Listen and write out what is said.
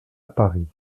paris